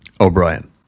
O'Brien